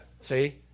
See